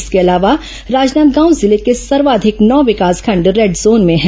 इसके अलावा राजनादगांव जिले के सर्वाधिक नौ विकासखंड रेड जोन में हैं